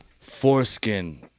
Foreskin